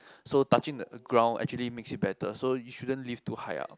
so touching the ground actually makes it better so you shouldn't live too high up